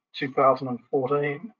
2014